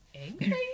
angry